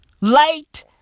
Light